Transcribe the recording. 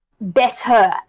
better